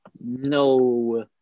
No